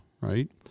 right